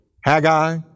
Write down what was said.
Haggai